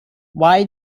why